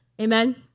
Amen